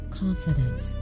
confident